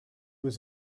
was